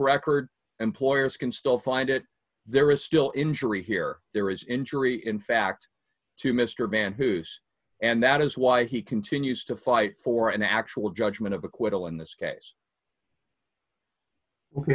record employers can still find it there is still injury here there is injury in fact to mr van hoosen and that is why he continues to fight for an actual judgment of acquittal in this case